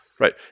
Right